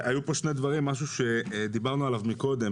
היו פה שני דברים, משהו שדיברנו עליו מקודם.